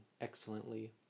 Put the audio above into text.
excellently